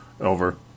over